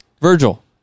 Virgil